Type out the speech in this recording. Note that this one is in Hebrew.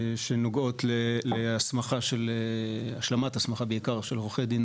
שנוגעות להשלמת הסמכה בעיקר של עורכי דין